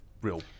real